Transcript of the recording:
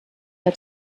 der